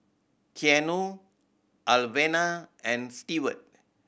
Keanu Alvena and Stewart